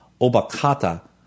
Obakata